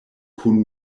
kun